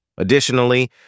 Additionally